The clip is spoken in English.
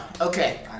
Okay